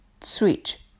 switch